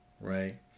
right